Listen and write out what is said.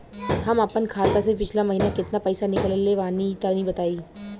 हम आपन खाता से पिछला महीना केतना पईसा निकलने बानि तनि बताईं?